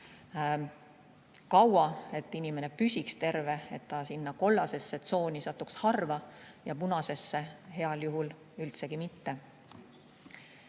kaua, et inimene püsiks terve, et ta sinna kollasesse tsooni satuks harva, punasesse heal juhul üldsegi mitte.